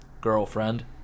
girlfriend